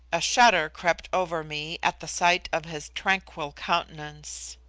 a shudder crept over me at the sight of his tranquil countenance.